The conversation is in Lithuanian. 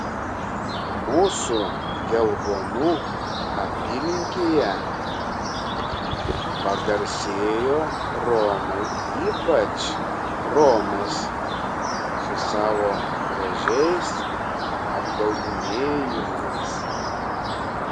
mūsų gelvonų apylinkėje pagarsėjo romai ypač romės su savo gražiais apgaudinėjimais